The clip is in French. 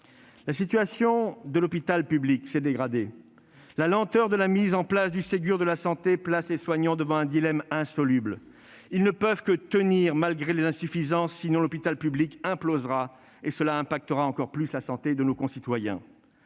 La situation de l'hôpital public s'est dégradée. La lenteur de la mise en place du Ségur de la santé place les soignants devant un dilemme insoluble : ils ne peuvent que tenir malgré les insuffisances, sinon l'hôpital public implosera, ce qui affectera encore plus la santé de nos concitoyens.